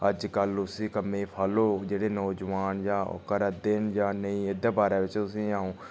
अज्जकल उसी कम्मै गी फालो जेह्ड़े नौजवान जां करै दे जां नेईं एह्दे बारै बिच्च तुसेंगी अ'ऊं